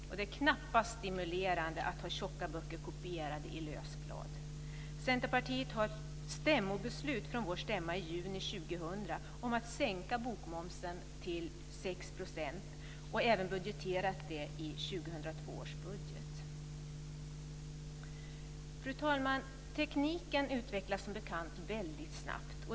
Det är knappast stimulerande att ha tjocka böcker kopierade på lösblad. Centerpartiet har ett stämmobeslut från stämman i juni 2000 om att sänka bokmomsen till 6 %, och vi har även budgeterat för det i 2002 års budget. Fru talman! Tekniken utvecklas som bekant väldigt snabbt.